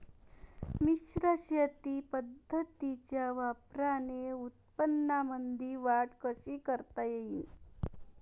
मिश्र शेती पद्धतीच्या वापराने उत्पन्नामंदी वाढ कशी करता येईन?